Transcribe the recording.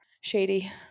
Shady